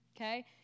Okay